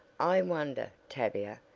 i wonder, tavia,